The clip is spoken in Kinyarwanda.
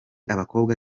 abakobwa